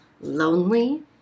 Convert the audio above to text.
lonely